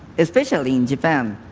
especially in japan,